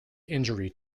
injury